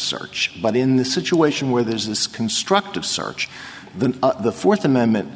search but in the situation where there's this constructive search the the fourth amendment